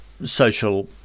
social